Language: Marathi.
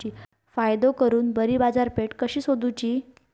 फायदो करून बरी बाजारपेठ कशी सोदुची?